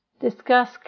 discuss